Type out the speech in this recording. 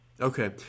Okay